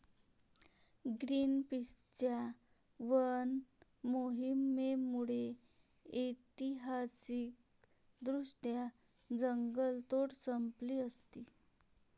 ग्रीनपीसच्या वन मोहिमेमुळे ऐतिहासिकदृष्ट्या जंगलतोड संपली असती